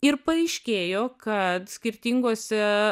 ir paaiškėjo kad skirtingose